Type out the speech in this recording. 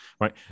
right